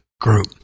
group